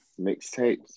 mixtapes